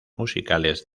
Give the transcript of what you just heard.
musicales